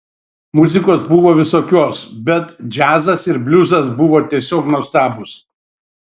muzikos buvo visokios bet džiazas ir bliuzas buvo tiesiog nuostabūs